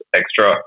extra